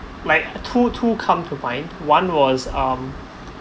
like two two come to find one was um